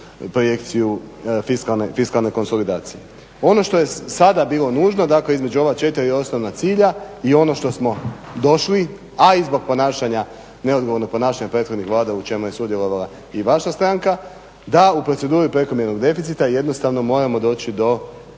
projekciju fiskalne konsolidacije. Ono što je sada bilo nužno, dakle između ova 4 osnovna cilja i ono što smo došli, a i zbog ponašanja neodgovornog ponašanja prethodnih vlada u čemu je sudjelovala i vaša stranka, da u proceduri prekomjernog deficita jednostavno moramo doći do